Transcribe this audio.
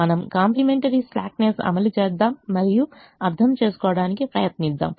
మనము కాంప్లిమెంటరీ స్లాక్నెస్ను అమలు చేద్దాం మరియు అర్థం చేసుకోవడానికి ప్రయత్నిద్దాం